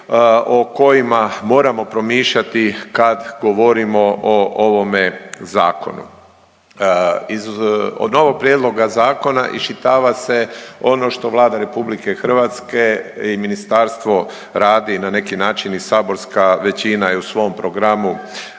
o kojima moramo promišljati kad govorimo o ovome zakonu. Iz, od novog prijedloga zakona iščitava se ono što Vlada RH i ministarstvo rade i na neki način i saborska većina je u svom programu